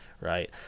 right